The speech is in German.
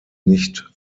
nicht